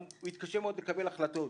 הוא יתקשה לקבל החלטות,